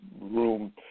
room